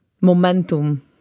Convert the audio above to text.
momentum